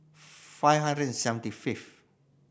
five hundred and seventy fifth